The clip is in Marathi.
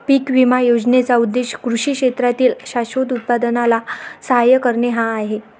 पीक विमा योजनेचा उद्देश कृषी क्षेत्रातील शाश्वत उत्पादनाला सहाय्य करणे हा आहे